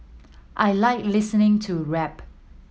I like listening to rap